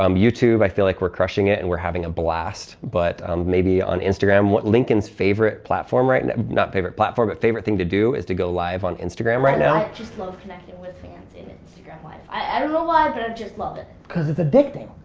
um youtube, i feel like we're crushing it and we're having a blast. but um maybe on instagram. lincoln's favorite platform right now, and not favorite platform but favorite thing to do is to go live on instagram right now. i just love connecting with fans in instagram live. i don't know why, but i just love it. cause it's addicting.